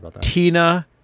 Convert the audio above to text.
Tina